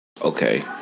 Okay